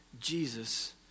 Jesus